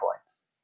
points